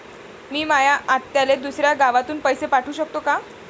मी माया आत्याले दुसऱ्या गावातून पैसे पाठू शकतो का?